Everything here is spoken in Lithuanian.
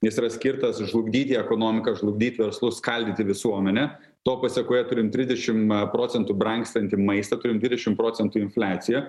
jis yra skirtas žlugdyti ekonomiką žlugdyt verslus skaldyti visuomenę to pasekoje turim trisdešim procentų brangstantį maistą turim dvidešim procentų infliaciją